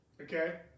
Okay